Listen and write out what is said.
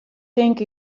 tink